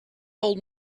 old